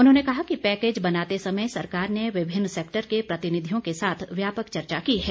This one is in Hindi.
उन्होंने कहा कि पैकेज बनाते समय सरकार ने विभिन्न सैक्टर के प्रतिनिधियों के साथ व्यापक चर्चा की है